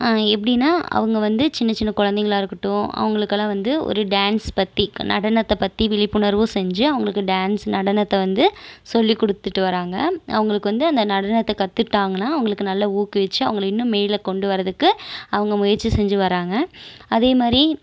எப்படின்னா அவங்க வந்து சின்ன சின்ன குழந்தைகளா இருக்கட்டும் அவங்களுக்கெல்லாம் வந்து ஒரு டான்ஸ் பற்றி நடனத்தை பற்றி விழிப்புணர்வு செஞ்சு அவங்களுக்கு டான்ஸ் நடனத்தை வந்து சொல்லி கொடுத்துட்டு வராங்கள் அவங்களுக்கு வந்து அந்த நடனத்தை கத்துக்கிட்டாங்கன்னால் அவங்களுக்கு நல்லா ஊக்குவிச்சு அவங்கள இன்னும் மேலே கொண்டு வரதுக்கு அவங்க முயற்சி செஞ்சு வராங்கள் அதேமாதிரி